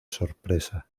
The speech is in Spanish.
sorpresa